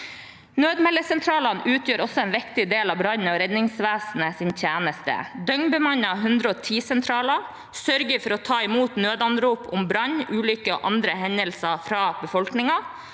Nødmeldesentralene utgjør også en viktig del av brann- og redningsvesenets tjeneste. Døgnbemannede 110-sentraler sørger for å ta imot nødanrop om brann, ulykker og andre hendelser fra befolkningen.